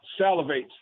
salivates